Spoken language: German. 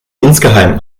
insgeheim